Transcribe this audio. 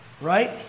Right